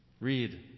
read